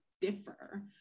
differ